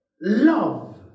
love